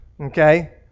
okay